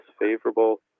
favorable